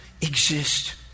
exist